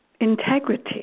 integrity